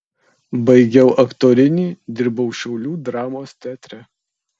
baigiau aktorinį dirbau šiaulių dramos teatre